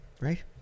right